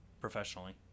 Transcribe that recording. professionally